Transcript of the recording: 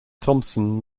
thompson